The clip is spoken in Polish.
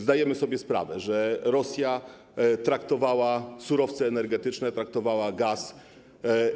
Zdajemy sobie sprawę, że Rosja traktowała surowce energetyczne, w tym gaz,